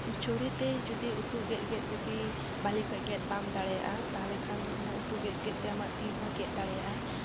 ᱪᱷᱩᱨᱤᱛᱮ ᱡᱩᱫᱤ ᱩᱛᱩ ᱜᱮᱫ ᱜᱮᱫ ᱡᱩᱫᱤ ᱵᱷᱟᱞᱤ ᱚᱠᱚᱡ ᱜᱮᱫ ᱵᱟᱢ ᱫᱟᱲᱮᱭᱟᱜᱼᱟ ᱛᱟᱦᱚᱞᱮ ᱠᱷᱟᱱ ᱚᱱᱟ ᱩᱛᱩ ᱜᱮᱫ ᱜᱮᱫ ᱛᱮ ᱟᱢᱟᱜ ᱛᱤ ᱦᱚᱸ ᱜᱮᱫ ᱫᱟᱲᱮᱭᱟᱜᱼᱟ